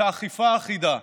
את האכיפה האחידה,